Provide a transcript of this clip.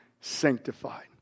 sanctified